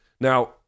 Now